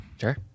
Sure